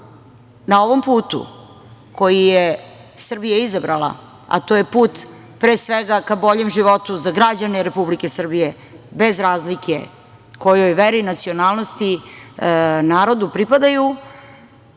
na ovom putu koji je Srbija izabrala, a to je put pre svega ka boljem životu za građane Republike Srbije bez razlike kojoj veri, nacionalnosti, narodu pripadaju,